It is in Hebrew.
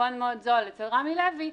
המלפפון מאוד זול אצל רמי לוי,